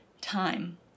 time